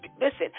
listen